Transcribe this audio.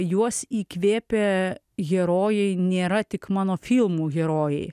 juos įkvėpę herojai nėra tik mano filmų herojai